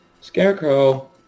Scarecrow